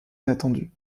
inattendue